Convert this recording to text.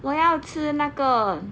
我要吃那个